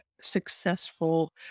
successful